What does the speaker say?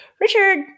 Richard